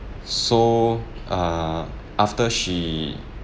so err after she